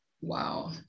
Wow